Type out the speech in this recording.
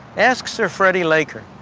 ask sir freddy laker,